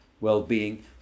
well-being